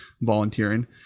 volunteering